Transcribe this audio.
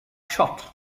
shut